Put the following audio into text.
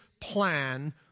plan